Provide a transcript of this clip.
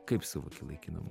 kaip suvoki laikinumą